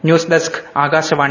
news desk Akashvani